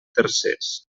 tercers